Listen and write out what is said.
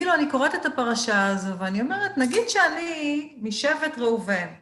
כאילו אני קוראת את הפרשה הזו, ואני אומרת, נגיד שאני משבט ראובן...